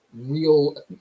real